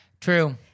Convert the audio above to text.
True